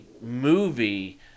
movie